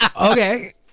Okay